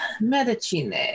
Medicine